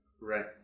Right